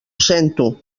sento